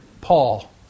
Paul